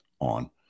on